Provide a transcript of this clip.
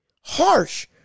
harsh